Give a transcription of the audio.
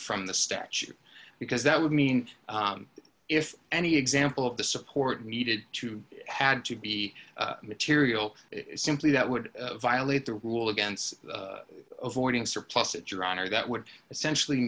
from the statute because that would mean if any example of the support needed to had to be material simply that would violate the rule against avoiding surplusage your honor that would essentially